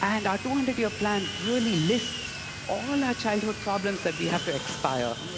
and our two hundred year plan really lists all our childhood problems that we have to expire.